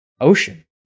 ocean